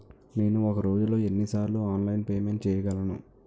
నేను ఒక రోజులో ఎన్ని సార్లు ఆన్లైన్ పేమెంట్ చేయగలను?